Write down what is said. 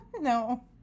No